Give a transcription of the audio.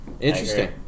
Interesting